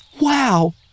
Wow